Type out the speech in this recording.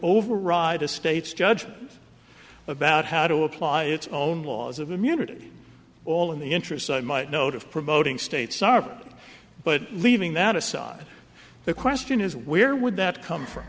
override a state's judge about how to apply its own laws of immunity all in the interest i might note of promoting states but leaving that aside the question is where would that come from